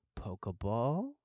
Pokeball